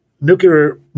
Nuclear